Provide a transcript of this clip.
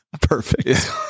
Perfect